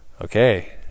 okay